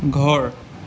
ঘৰ